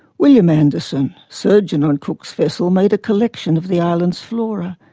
william anderson, surgeon on cook's vessel made a collection of the island's flora,